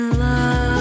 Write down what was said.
love